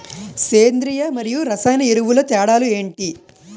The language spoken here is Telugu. సేంద్రీయ మరియు రసాయన ఎరువుల తేడా లు ఏంటి?